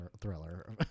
thriller